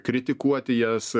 kritikuoti jas